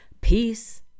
peace